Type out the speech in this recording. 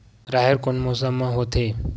राहेर कोन मौसम मा होथे?